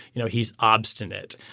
you know he's obstinate.